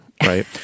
Right